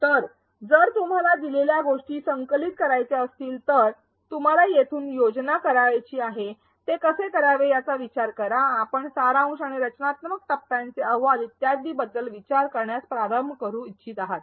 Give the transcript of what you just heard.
तर जर तुम्हाला दिलेल्या गोष्टी संकलित करायच्या असतील तर तुम्हाला येथून योजना करायची आहे ते कसे करावे याचा विचार करा आपण सारांश आणि रचनात्मक टप्प्याचे अहवाल इत्यादी बद्दल विचार करण्यास प्रारंभ करू इच्छित आहात